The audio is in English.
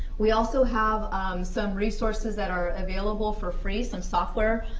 we also have some resources that are available for free, some software,